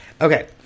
Okay